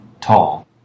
Tall